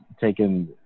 taken